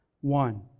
One